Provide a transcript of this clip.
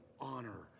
honor